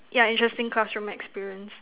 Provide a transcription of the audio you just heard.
yeah interesting classroom experience